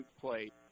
plate